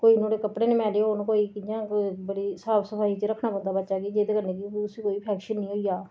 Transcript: कोई नुआढ़े कपड़े नी मैले होन कोई कियां कोई बड़ी साफ सफाई च रक्खना पौंदा बच्चा कि जेह्दे कन्नै कि उसी कोई इन्फैक्शन नी होई जा